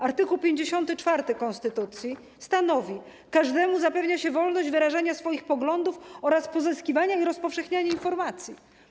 Art. 54 konstytucji stanowi: Każdemu zapewnia się wolność wyrażania swoich poglądów oraz pozyskiwania i rozpowszechniania informacji.